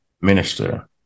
minister